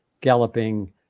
galloping